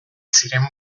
ziren